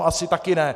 Asi taky ne.